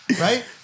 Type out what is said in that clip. Right